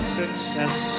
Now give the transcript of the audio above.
success